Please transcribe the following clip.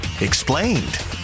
Explained